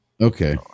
Okay